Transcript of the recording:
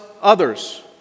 others